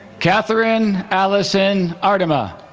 katherine allison aardema